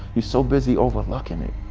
you're so busy overlooking it.